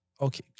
Okay